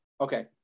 Okay